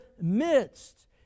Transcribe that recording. midst